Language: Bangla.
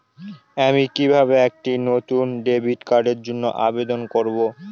আমি কিভাবে একটি নতুন ডেবিট কার্ডের জন্য আবেদন করব?